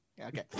okay